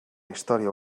història